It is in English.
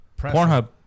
Pornhub